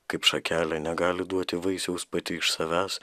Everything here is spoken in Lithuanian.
kaip šakelė negali duoti vaisiaus pati iš savęs